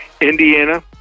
Indiana